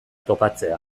topatzea